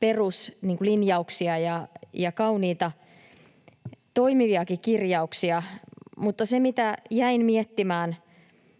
peruslinjauksia ja kauniita, toimiviakin kirjauksia, mutta se, mitä jäin miettimään,